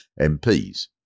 MPs